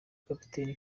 capt